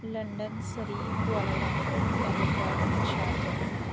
London Surrey Kuala Lumpur California Sharjah